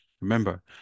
remember